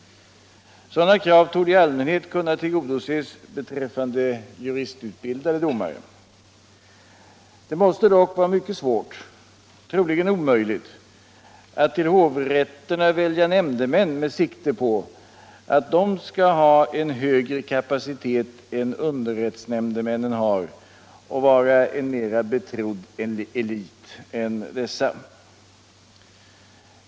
Sådana krav torde i allmänhet kunna tillgodoses beträffande juristutbildade domare. Det måste dock vara svårt, troligen omöjligt, att till hovrätterna välja nämndemän med sikte på att de skall ha en högre kapacitet än underrättsnämndemännen har och vara en mera betrodd elit än dessa.